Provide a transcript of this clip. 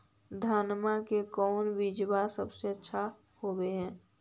धनमा के कौन बिजबा सबसे अच्छा होव है?